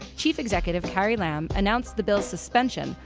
chief executive carrie lam announced the bill suspension,